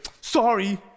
Sorry